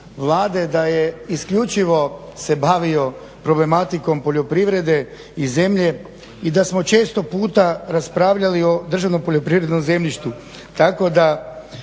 da je isključivo se bavio problematikom poljoprivrede i zemlje i da smo često puta raspravljali o državnom poljoprivrednom zemljištu